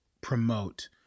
promote